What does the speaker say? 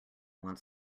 wants